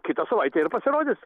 kitą savaitę ir pasirodys